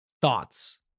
Thoughts